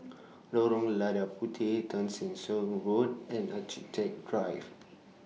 Lorong Lada Puteh Tessensohn Road and Architecture Drive